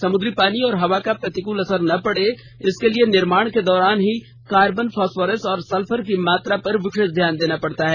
समुद्री पानी और हवा का प्रतिकूल असर ना पड़े इसके लिए निर्माण के दौरान ही कार्बन फास्फोरस और सल्फर की मात्रा पर विशेष ध्यान देना पड़ता है